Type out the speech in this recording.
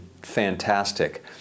fantastic